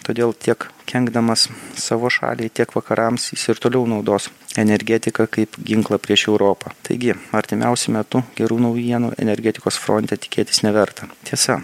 todėl tiek kenkdamas savo šaliai tiek vakarams jis ir toliau naudos energetiką kaip ginklą prieš europą taigi artimiausiu metu gerų naujienų energetikos fronte tikėtis neverta tiesa